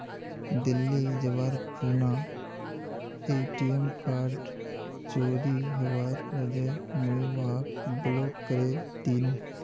दिल्ली जबार खूना ATM card चोरी हबार वजह मुई वहाक ब्लॉक करे दिनु